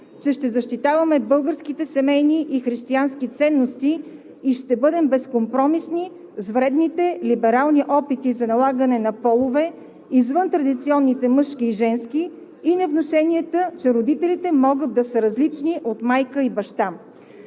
че ще защитаваме българските семейни и християнски ценности и ще бъдем безкомпромисни с вредните либерални опити за налагане на полове, извън традиционните мъжки и женски, и на внушенията, че родителите могат да са различни от майка и баща.